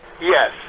Yes